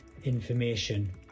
information